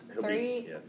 three